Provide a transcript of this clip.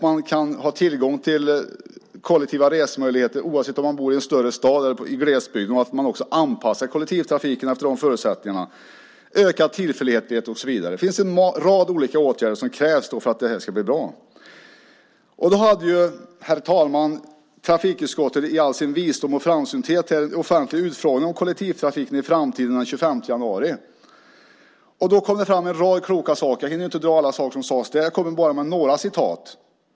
Man ska ha tillgång till kollektiva resmöjligheter oavsett om man bor i en större stad eller om man bor i glesbygd. Kollektivtrafiken måste också anpassas efter de förutsättningarna. Det handlar dessutom om ökad tillförlitlighet och så vidare. Det krävs alltså en rad olika åtgärder för att det här ska bli bra. Herr talman! Trafikutskottet hade i all visdom och framsynthet den 25 januari en offentlig utfrågning om kollektivtrafiken och framtiden. Då kom en rad kloka saker fram. Jag hinner inte dra allt som sades så det blir bara några citat.